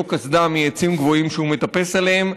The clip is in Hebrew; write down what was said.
קסדה מעצים גבוהים שהוא מטפס עליהם,